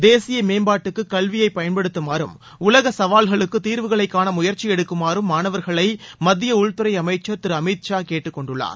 தேசிய மேம்பாட்டுக்கு கல்வியை பயன்படுத்தமாறும் உலக சவால்களுக்கு தீர்வுகளை காண முயற்சி எடுக்குமாறும் மாணவர்களை மத்திய உள்துறை அமைச்சர் திரு அமித் ஷா கேட்டுக்கொண்டுள்ளார்